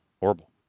Horrible